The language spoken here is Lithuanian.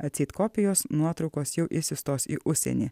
atseit kopijos nuotraukos jau išsiųstos į užsienį